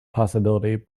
possibility